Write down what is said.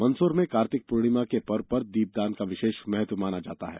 मंदसौर में कार्तिक पूर्णिमा के पर्व पर दीपदान का विशेष महत्व माना जाता है